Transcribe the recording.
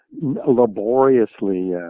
laboriously